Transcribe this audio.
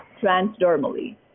transdermally